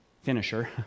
finisher